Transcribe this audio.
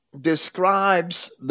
describes